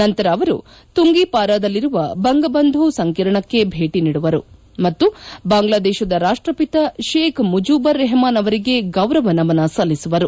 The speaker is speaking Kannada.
ನಂತರ ಅವರು ತುಂಗಿಪಾರಾದದಲ್ಲಿರುವ ಬಂಗಬಂಧು ಸಂಕೀರ್ಣಕ್ಕೆ ಭೇಟಿ ನೀಡುವರು ಮತ್ತು ಬಾಂಗ್ಲಾದೇಶದ ರಾಷ್ಷಪಿತ ಶೇಖ್ ಮುಜುಬುರ್ ರೆಹಮಾನ್ ಅವರಿಗೆ ಗೌರವ ನಮನ ಸಲ್ಲಿಸುವರು